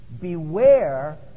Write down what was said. Beware